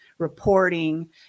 reporting